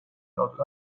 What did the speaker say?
toodud